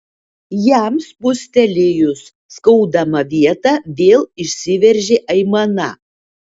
jam spustelėjus skaudamą vietą vėl išsiveržė aimana